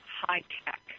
high-tech